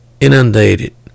inundated